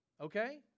Okay